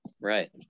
right